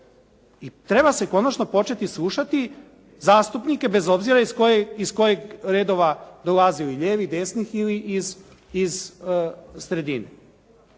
i treba se konačno početi slušati zastupnike bez obzira iz kojih redova dolaze, ili lijevih, desnih ili iz sredine.